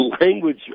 language